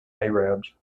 arabs